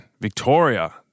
Victoria